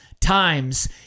times